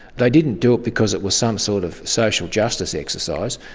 they didn't do it because it was some sort of social justice exercise.